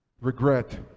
Regret